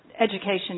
education